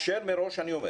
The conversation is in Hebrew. מראש אני אומר